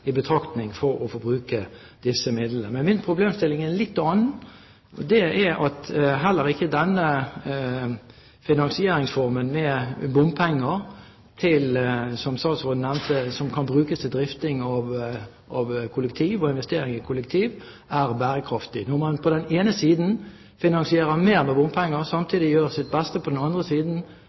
i det hele tatt å komme i betraktning når det gjelder å få bruke disse midlene. Men min problemstilling er en litt annen. Det er at heller ikke denne finansieringsformen, med bompenger – som statsråden nevnte – som kan brukes til drifting av kollektivsystemer og investering i kollektivsystemer, er bærekraftig, når man på den ene siden finansierer mer med bompenger, og på den andre siden